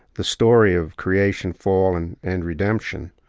the story of creation, fall, and and redemption.